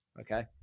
Okay